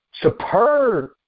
Superb